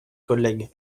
collègue